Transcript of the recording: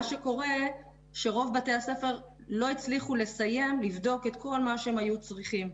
מה שקורה שרוב בתי הספר לא הצליחו לסיים לבדוק את כל מה שהם היו צריכים.